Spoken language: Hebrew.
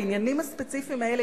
בעניינים הספציפיים האלה,